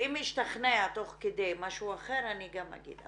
ואם אשתכנע תוך כדי משהו אחר, אני גם אגיד.